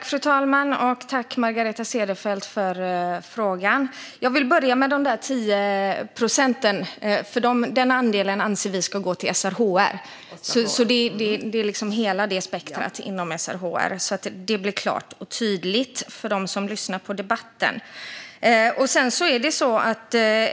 Fru talman! Jag tackar Margareta Cederfelt för frågan. Jag vill börja med de 10 procenten, för denna andel anser vi ska gå till SRHR och hela det spektrumet, bara så att detta blir klart och tydligt för dem som lyssnar på debatten.